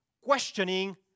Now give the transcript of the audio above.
questioning